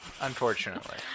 Unfortunately